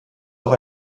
auch